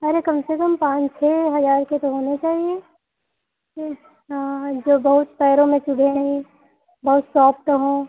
अरे कम से कम पाँच छह हज़ार के तो होने चाहिए यह हाँ जो बहुत पैरों में चुभे नहीं बहुत सॉफ्ट हों